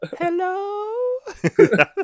Hello